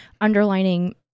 underlining